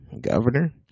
governor